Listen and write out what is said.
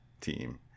team